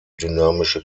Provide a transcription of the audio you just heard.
dynamische